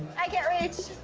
i can't reach.